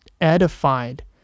edified